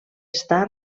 està